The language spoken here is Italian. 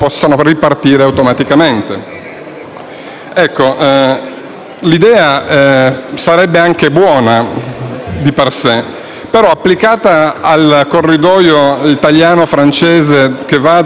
L'idea sarebbe anche buona di per se, però è inapplicabile al corridoio italo-francese che va da Aiton a Orbassano,